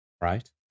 right